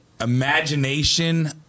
imagination